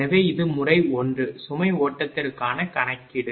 எனவே இது முறை 1 சுமை ஓட்டத்திற்கான கணக்கீடு